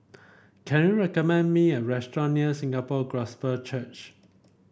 can you recommend me a restaurant near Singapore Gospel Church